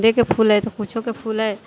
फूल हइ तऽ किछोके फूल हइ